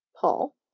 Paul